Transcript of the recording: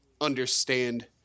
understand